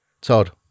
Todd